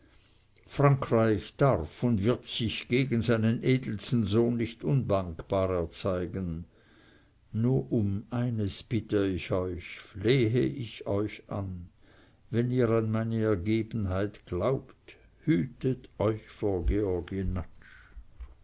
frankreich darf und wird sich gegen seinen edelsten sohn nicht undankbar erzeigen nur um eines bitte ich euch flehe ich euch an wenn ihr an meine ergebenheit glaubt hütet euch vor georg